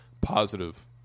positive